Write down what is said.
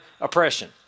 oppression